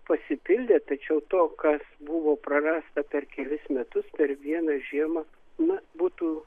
pasipildė tačiau to kas buvo prarasta per kelis metus per vieną žiemą na būtų